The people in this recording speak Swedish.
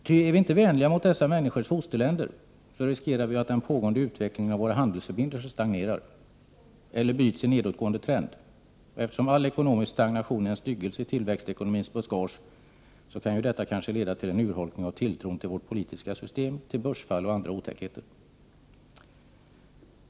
Ty är vi inte vänliga mot dessa människors fosterländer, så riskerar vi ju att den pågående utvecklingen av våra handelsförbindelser stagnerar, eller byts i nedåtgående 121 trend. Eftersom all ekonomisk stagnation är en styggelse i tillväxtekonomins buskage, så kan ju detta kanske leda till en urholkning av tilltron till vårt politiska system, till börsfall och andra otäckheter.